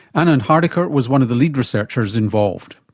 anand hardikar was one of the lead researchers involved.